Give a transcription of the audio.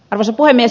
arvoisa puhemies